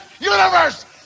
Universe